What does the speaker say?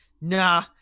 Nah